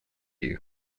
you